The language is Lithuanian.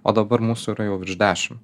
o dabar mūsų yra jau virš dešimt